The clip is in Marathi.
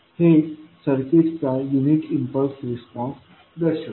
हे सर्किटचा युनिट इम्पल्स रिस्पॉन्स दर्शविते